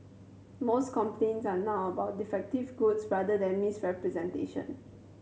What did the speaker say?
most complaints are now about defective goods rather than misrepresentation